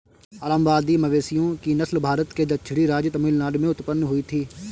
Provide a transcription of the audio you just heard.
अलंबादी मवेशियों की नस्ल भारत के दक्षिणी राज्य तमिलनाडु में उत्पन्न हुई थी